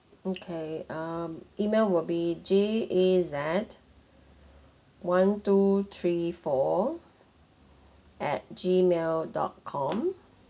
okay um email will be J A Z one two three four at gmail dot com